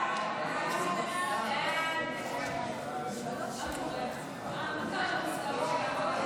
ההצעה להעביר את הצעת החוק לביטול